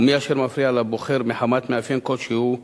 ומי שמפריע לבוחר מחמת מאפיין כלשהו בפרט.